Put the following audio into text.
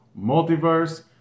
multiverse